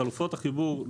חלופות החיבור,